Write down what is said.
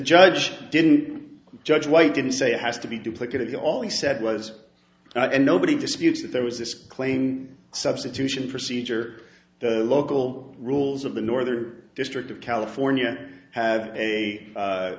judge didn't judge white didn't say it has to be duplicated that all he said was and nobody disputes that there was this claim substitution procedure local rules of the northern district of california have